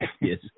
Yes